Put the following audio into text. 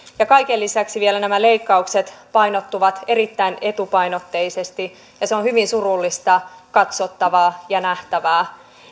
ja kaiken lisäksi nämä leikkaukset vielä painottuvat erittäin etupainotteisesti se on hyvin surullista katsottavaa ja nähtävää